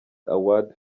award